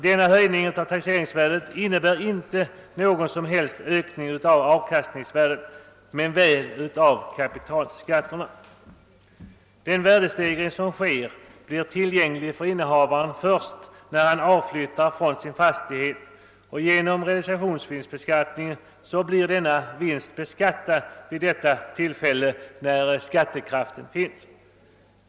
Denna höjning av taxeringsvärdet innebär inte någon som helst ökning av avkastningsvärdet men väl av kapitalskatterna. Den värdestegring som sker blir tillgänglig för innehavaren först när han avflyttar från sin fastighet. Genom realisationsvinstbeskattningen blir denna vinst beskattad vid detta tillfälle när skattekraften finns.